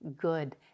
good